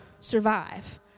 survive